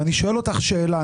ואני שואל אותך שאלה,